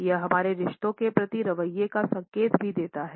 यह हमारे रिश्तों के प्रति रवैया का संकेत भी देता है